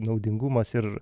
naudingumas ir